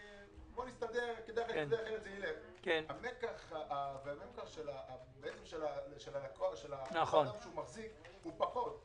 בוא נסתדר," המקח והממכר של האדם המחזיק הוא פחות טוב.